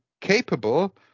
capable